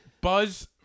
Buzz